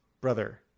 brother